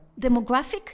demographic